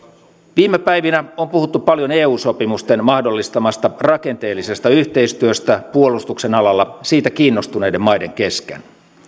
viime päivinä on puhuttu paljon eu sopimusten mahdollistamasta rakenteellisesta yhteistyöstä puolustuksen alalla siitä kiinnostuneiden maiden kesken